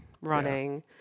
running